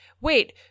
wait